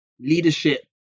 leadership